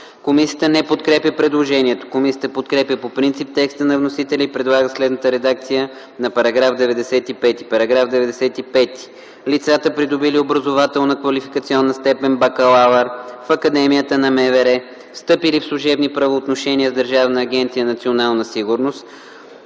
Комисията не подкрепя предложението. Комисията подкрепя по принцип текста на вносителя и предлага следната редакция на § 95: „§ 95. Лицата, придобили образователно-квалификационна степен „бакалавър” в Академията на МВР, встъпили в служебни правоотношения с Държавна агенция „Национална сигурност”,